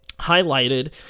highlighted